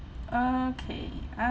okay